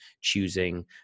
choosing